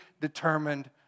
determined